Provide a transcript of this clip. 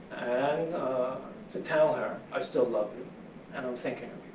and to tell her, i still love you and i'm thinking